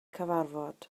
cyfarfod